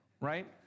right